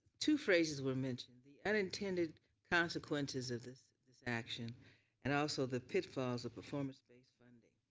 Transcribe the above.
two phraseds were mentioned. the unintended consequences of this this action and also the pitfalls of performance based funding.